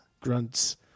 grunts